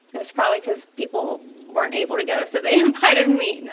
it was probably cause people weren't able to go so they invited and me, no.